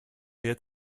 jetzt